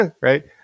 right